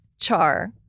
char